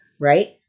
right